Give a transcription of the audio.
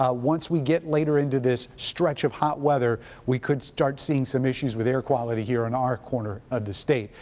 ah once we get later into this stretch of hot weather, we could start seeing some issues with air quality here in our corner of the state.